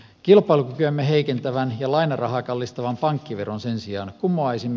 kilpailukykyämme heikentävän ja lainarahaa kallistavan pankkiveron sen sijaan kumoaisimme